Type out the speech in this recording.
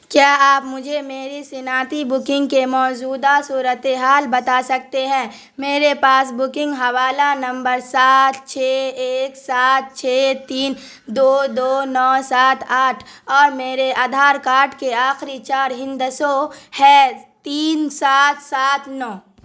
کیا آپ مجھے میری صنعتی بکنگ کے موزودہ صورت حال بتا سکتے ہیں میرے پاس بکنگ حوالہ نمبر سات چھ ایک سات چھ تین دو دو نو سات آٹھ اور میرے آدھار کارڈ کے آخری چار ہندسوں ہے تین سات سات نو